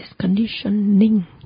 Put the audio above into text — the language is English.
conditioning